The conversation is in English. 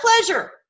pleasure